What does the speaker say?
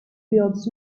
builds